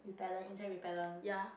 repellent insect repellent